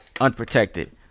unprotected